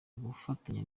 gufatanya